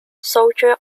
soldier